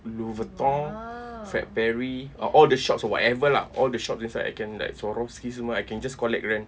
louis vuitton fred perry all all the shops or whatever lah all the shops inside I can like swarovski semua I can just collect rent